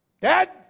Dad